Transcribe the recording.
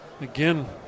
Again